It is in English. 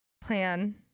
plan